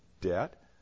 debt